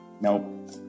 nope